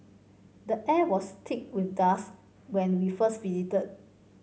the air was thick with dust when we first visited